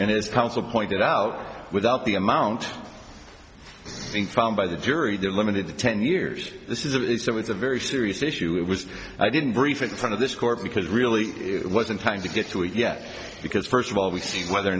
and his counsel pointed out without the amount being found by the jury that limited to ten years this is it is so it's a very serious issue it was i didn't brief it sort of this court because really it wasn't time to get to it yet because first of all we see whether or